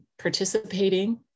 participating